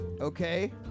Okay